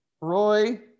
Roy